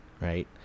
right